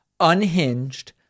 unhinged